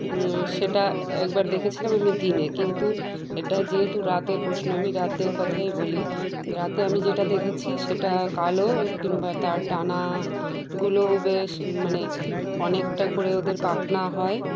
সেটা একবার দেখেছিলাম আমি দিনে কিন্তু এটা যেহেতু রাতের প্রশ্ন আমি রাতের কথাই বলি রাতে আমি যেটা দেখেছি সেটা কালো কিংবা তার ডানাগুলোও বেশ মানে অনেকটা করে ওদের পাখনা হয়